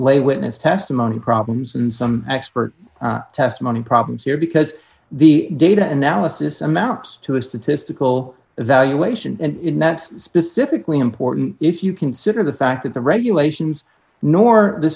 lay witness testimony problems and some expert testimony problems here because the data analysis amounts to a statistical evaluation and not specifically important if you consider the fact that the regulations nor the